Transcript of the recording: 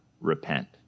repent